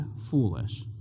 foolish